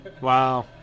Wow